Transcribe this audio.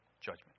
judgment